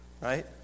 right